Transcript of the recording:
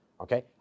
okay